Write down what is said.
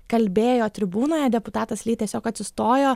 kalbėjo tribūnoje deputatas ly tiesiog atsistojo